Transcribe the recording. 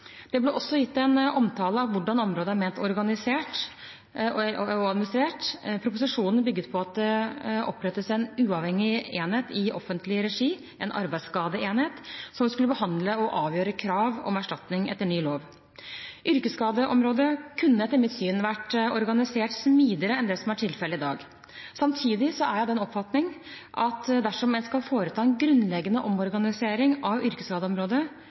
Det ble også gitt en omtale av hvordan området er ment organisert og administrert. Proposisjonen bygget på at det opprettes en uavhengig enhet i offentlig regi – en arbeidsskadeenhet – som skulle behandle og avgjøre krav om erstatning etter ny lov. Yrkesskadeområdet kunne etter mitt syn vært organisert smidigere enn det som er tilfellet i dag. Samtidig er jeg av den oppfatning at dersom en skal foreta en grunnleggende omorganisering av